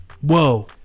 Whoa